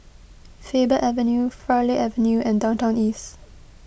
Faber Avenue Farleigh Avenue and Downtown East